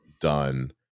done